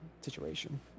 situation